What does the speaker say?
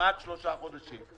כמעט שלושה חודשים.